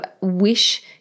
wish